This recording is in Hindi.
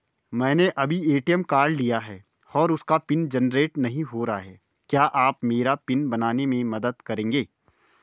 मैंने अभी ए.टी.एम कार्ड लिया है और उसका पिन जेनरेट नहीं हो रहा है क्या आप मेरा पिन बनाने में मदद करेंगे?